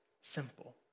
simple